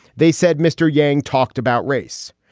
they said mr. yang talked about race.